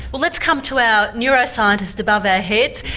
well let's come to our neuroscientist above our heads,